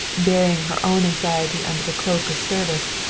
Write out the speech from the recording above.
burying her own anxiety under the cloak of service,